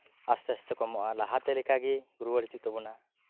ᱟᱥᱛᱮ ᱟᱥᱛᱮ ᱠᱚᱢᱚᱜ ᱟ ᱞᱟᱦᱟᱛᱮ ᱞᱮᱠᱟᱜᱮ ᱨᱩᱣᱟᱹᱲ ᱦᱤᱡᱩᱜ ᱛᱟᱵᱚᱱᱟ